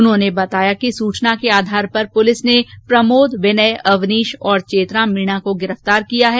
उन्होंने बताया कि सूचना के आधार पर पुलिस ने प्रमोद विनय अवनीश तथा चेतराम मीणा को गिरफतार किया है